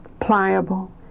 pliable